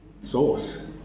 sauce